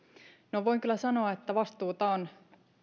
no voin kyllä sanoa että vastuuta on